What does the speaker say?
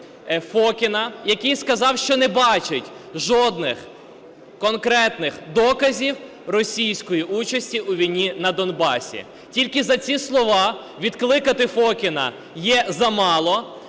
який сказав, що не бачить жодних конкретних доказів російської участі у війні на Донбасі. Тільки за ці слова відкликати Фокіна є замало,